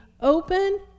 open